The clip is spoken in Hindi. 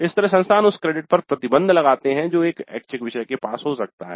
इस तरह संस्थान उस क्रेडिट पर प्रतिबंध लगाते हैं जो एक ऐच्छिक विषय के पास हो सकता है